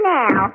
now